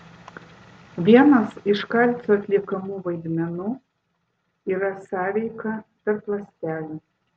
vienas iš kalcio atliekamų vaidmenų yra sąveika tarp ląstelių